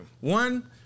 One